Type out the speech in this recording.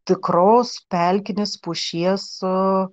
tikros pelkinės pušies su